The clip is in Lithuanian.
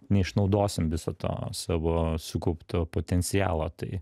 neišnaudosim viso to savo sukaupto potencialo tai